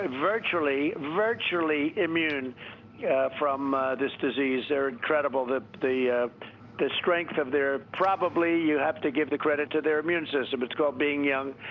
ah virtually, virtually immune yeah from this disease. they're incredible, the the strength of their probably you have to give the credit to their immune system. it's called being young.